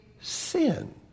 sin